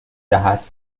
دهد